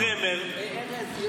דרמר ולא יודע מי,